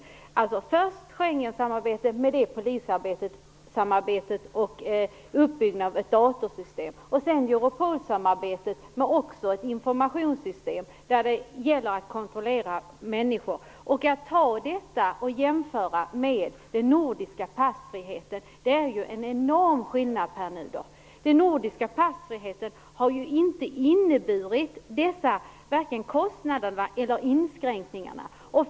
Först är det Schengensamarbetet med polissamarbete och uppbyggnad av datorsystem, och sedan Europolsamarbetet, också det med ett informationssystem för att kontrollera människor. Det går inte att jämföra detta med den nordiska passfriheten. Det är ju en enorm skillnad, Pär Nuder. Den nordiska passfriheten har ju inte inneburit dessa kostnader eller inskränkningar.